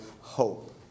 hope